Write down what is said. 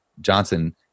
Johnson